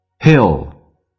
Hill